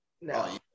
No